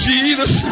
Jesus